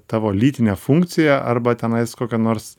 tavo lytinę funkciją arba tenais kokią nors